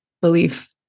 belief